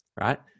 right